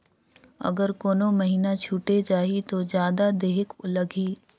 अगर कोनो महीना छुटे जाही तो जादा देहेक लगही?